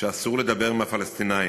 שאסור לדבר עם הפלסטינים,